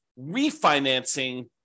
refinancing